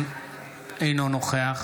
אינו נוכח